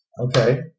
Okay